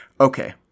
Okay